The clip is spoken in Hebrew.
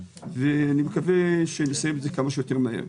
אני מקווה שנסיים את זה כמה שיותר מהר.